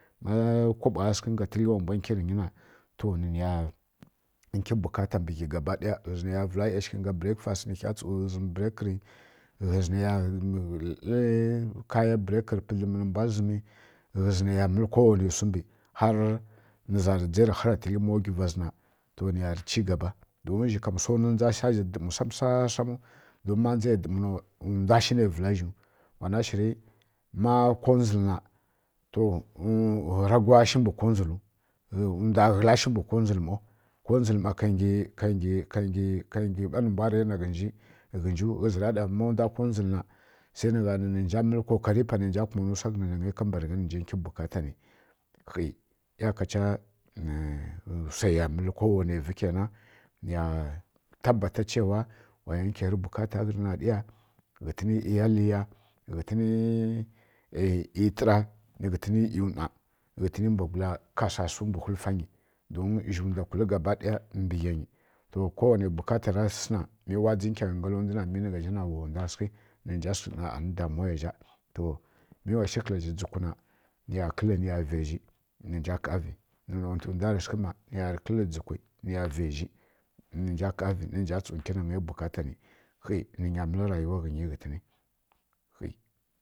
Ma kaɓowa sɨughǝ nga tǝgli wa mbwa nkirǝ ghǝnyi na to niya nki bukata ghi mbǝ gaba ɗay ghǝzǝ naiya vǝla ka ˈyashǝghǝ ni kha zǝm bǝraik ni ghǝzǝ nai ya dlǝ kaya bǝraikǝ nǝ pǝdlǝmi ghǝzǝ naiya mǝl kowanai wsu mbi har nǝza dzai rǝ hara tǝgli to niya rǝ chi gaba don ma zhina wsa nwi ndza dǝmwazhi sam sam sam samu don ma ndza ya dǝum na ndwa shi nai vǝla kazhiuwana shiri ma kondzulǝnna ragowa shi mbǝ kondzulu ndwa ghǝla shi mbǝ kondzulǝ ˈmau kondzulǝ ˈma ka ngi ɓa nǝmba raina ghǝnju ghǝzǝ ra ɗa ma ndwa kondzulǝ na sai nǝ ghǝnja mǝlǝ tlǝnǝ nǝghǝnja biya nbukatanji ni khi iyakacha wsai ya mǝlɨ kowanai vǝzhi ƙainan niya tabatarǝ chewa wayan nkyairǝ bukata ka gh.ǝniya ɓa nga iyaliya ghǝtǝni ˈyi tǝra ˈyi ˈwna ghǝtǝni mbagula kasasu mbǝ whulfanyi don zhi ndwa kwulǝ gaba ɗaya mbǝ gha nyi kowanai bukata ra sǝghǝna mi wa nkyangyi ngala ndwu na mi nigha zha wa ndwa sǝghi nǝ nja sǝghǝ ɗana ani damuwa ya zha mi wa shi kǝla zhi dzukwǝ na niya kǝllǝ miya vaizhi nǝnja ƙaavi nǝ nontǝ ndwa rǝnsǝghi ˈma ɓayio kǝlli dzuukwi niya rǝ vaiji nja ƙavi nja tsu nki nan gai bukata nǝ khi nǝnya mǝllǝ rayuwa ghǝnyi ghǝtǝni